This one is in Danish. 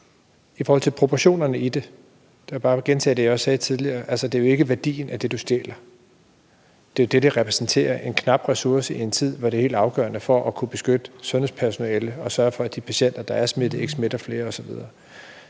også sagde tidligere, at det jo ikke er værdien af det, du stjæler. Det er jo det, det repræsenterer: en knap ressource i en tid, hvor det er helt afgørende for at kunne beskytte sundhedspersonale og sørge for, at de patienter, der er smittet, ikke smitter flere osv.